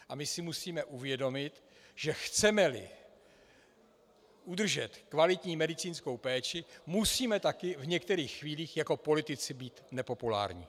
A my si musíme uvědomit, že chcemeli udržet kvalitní medicínskou péči, musíme taky v některých chvílích jako politici být nepopulární.